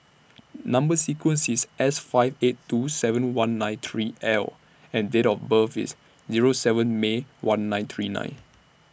Number sequence IS S five eight two seven one nine three L and Date of birth IS Zero seven May one nine three nine